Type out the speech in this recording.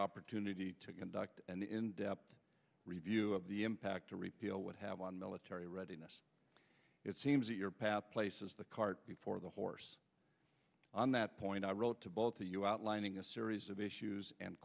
opportunity to conduct an in depth review of the impact a repeal would have on military readiness it seems that your path places the cart before the horse on that point i wrote to both of you outlining a series of issues and